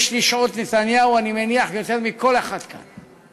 יש לי שעות נתניהו, אני מניח, יותר מכל אחד כאן.